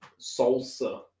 salsa